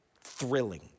thrilling